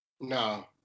No